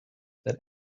that